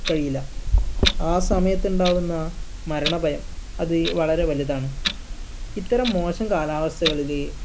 കഴിയില്ല ആ സമയത്ത് ഉണ്ടാവുന്ന മരണഭയം അത് വളരെ വലുതാണ് ഇത്തരം മോശം കാലാവസ്ഥകളിൽ